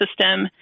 system